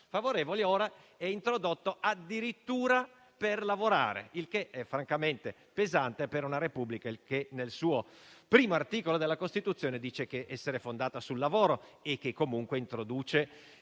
favorevoli - ma ora utilizzato addirittura per lavorare: è francamente pesante per una Repubblica che nel primo articolo della Costituzione dice di essere fondata sul lavoro e che in un altro